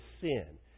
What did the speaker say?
sin